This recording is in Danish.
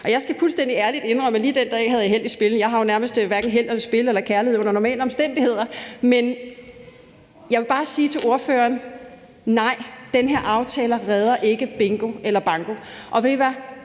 Jeg skal fuldstændig ærligt indrømme, at lige den dag havde jeg held i spil. Jeg har jo nærmest hverken held i spil eller kærlighed under normale omstændigheder, men jeg vil bare sige til ordføreren: Nej, den her aftale redder ikke bingo eller banko. Og ved I hvad?